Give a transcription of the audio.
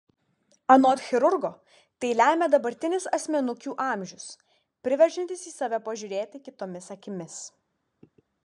anot chirurgo tai lemia dabartinis asmenukių amžius priverčiantis į save pažiūrėti kitomis akimis